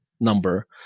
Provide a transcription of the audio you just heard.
number